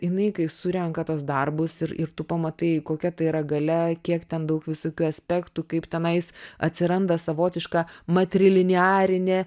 jinai kai surenka tuos darbus ir ir tu pamatai kokia tai yra galia kiek ten daug visokių aspektų kaip tenais atsiranda savotiška matriliniarinė